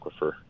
Aquifer